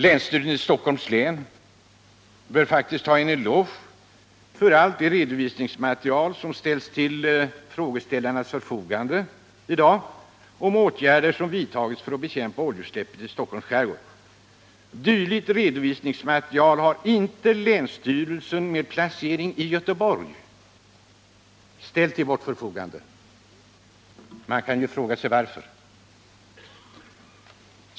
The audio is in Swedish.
Länsstyrelsen i Stockholms län bör faktiskt ha en eloge för allt det redovisningsmaterial som ställts till frågeställarnas förfogande i dag om åtgärder som vidtagits för att bekämpa oljeutsläppet i Stockholms skärgård. Dylikt redovisningsmaterial har inte länsstyrelsen i Göteborg ställt till vårt förfogande. Man kan fråga sig varför.